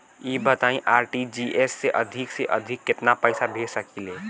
ई बताईं आर.टी.जी.एस से अधिक से अधिक केतना पइसा भेज सकिले?